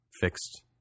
fixed